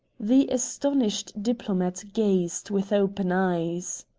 the astonished diplomat gazed with open eyes.